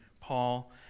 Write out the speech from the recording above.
Paul